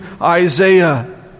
Isaiah